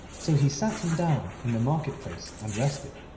so he sat him down in the market-place and rested,